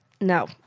No